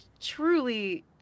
truly